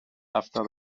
after